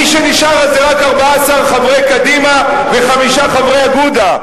מי שנשאר זה רק 14 חברי קדימה וחמישה חברי אגודה.